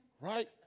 Right